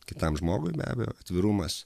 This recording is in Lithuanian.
kitam žmogui be abejo atvirumas